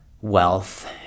wealth